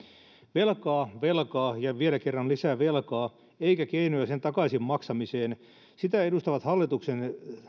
velkaa velkaa ja vielä kerran lisää velkaa eikä keinoja sen takaisin maksamiseen sitä edustavat hallituksen